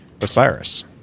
Osiris